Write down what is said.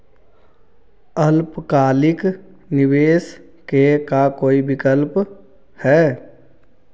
अल्पकालिक निवेश के का कोई विकल्प है?